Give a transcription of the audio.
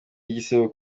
igisebo